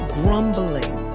grumbling